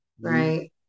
right